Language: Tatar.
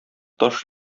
таш